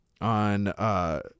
on